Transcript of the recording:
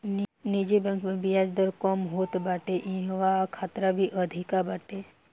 निजी बैंक में बियाज दर कम होत बाटे इहवा खतरा भी अधिका बाटे